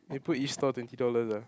they put E-store twenty dollars ah